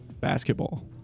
Basketball